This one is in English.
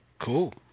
Cool